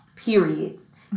periods